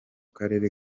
karere